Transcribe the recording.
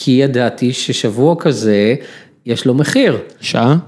כי ידעתי ששבוע כזה יש לו מחיר, שעה?